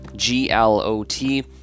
G-L-O-T